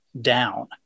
down